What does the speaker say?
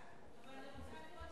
יש חופש הצבעה, אבל אני רוצה לראות